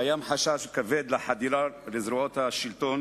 קיים חשש כבד לחדירה לזרועות השלטון